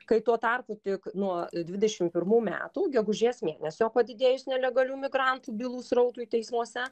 kai tuo tarpu tik nuo dvidešim pirmų metų gegužės mėnesio padidėjus nelegalių migrantų bylų srautui teismuose